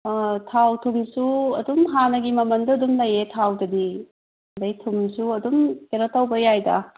ꯊꯥꯎ ꯊꯨꯝꯁꯨ ꯑꯗꯨꯝ ꯍꯥꯟꯅꯒꯤ ꯃꯃꯜꯗꯣ ꯑꯗꯨꯝ ꯂꯩꯌꯦ ꯊꯥꯎꯗꯨꯗꯤ ꯑꯗꯨꯗꯒꯤ ꯊꯨꯝꯁꯨ ꯑꯗꯨꯝ ꯀꯩꯅꯣ ꯇꯧꯕ ꯌꯥꯏꯗ